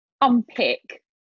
unpick